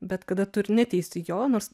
bet kada tu ir neteisi jo nors